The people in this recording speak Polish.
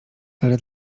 ale